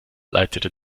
leitete